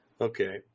Okay